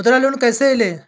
मुद्रा लोन कैसे ले?